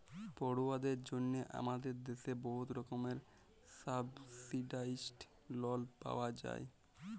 পড়ুয়াদের জ্যনহে আমাদের দ্যাশে বহুত রকমের সাবসিডাইস্ড লল পাউয়া যায়